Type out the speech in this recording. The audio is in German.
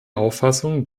auffassung